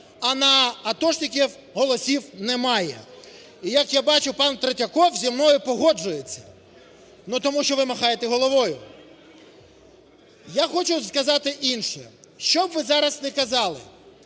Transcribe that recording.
а на атошників голосів немає. І як я бачу, пан Третьяков зі мною погоджується. (Шум у залі) Ну, тому що ви махаєте головою. Я хочу сказати інше, що б ви зараз не казали,